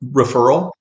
referral